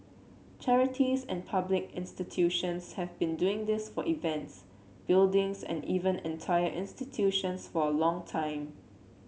charities and public institutions have been doing this for events buildings and even entire institutions for a long time